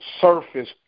surface